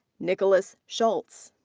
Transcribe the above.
nicholas schultz.